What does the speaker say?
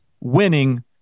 winning